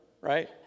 Right